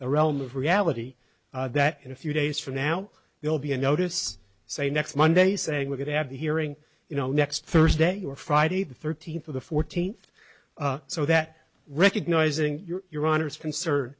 the realm of reality that in a few days from now they'll be a notice say next monday saying we're going to have the hearing you know next thursday or friday the thirteenth of the fourteenth so that recognizing your your honor's concern